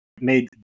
made